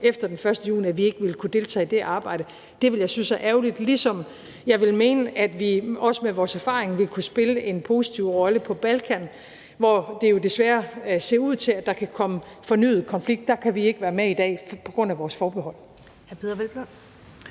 efter den 1. juni, at vi ikke vil kunne deltage i det arbejde. Det vil jeg synes er ærgerligt, ligesom jeg vil mene, at vi også med vores erfaring vil kunne spille en positiv rolle på Balkan, hvor det jo desværre ser ud til, at der kan komme fornyet konflikt. Der kan vi ikke være med i dag på grund af vores forbehold.